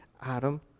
Adam